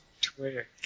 Twitter